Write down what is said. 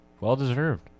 well-deserved